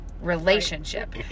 relationship